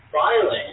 violent